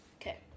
Okay